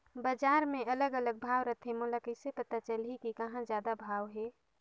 बजार मे अलग अलग भाव रथे, मोला कइसे पता चलही कि कहां जादा भाव हे?